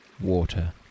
water